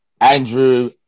Andrew